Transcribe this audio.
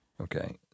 Okay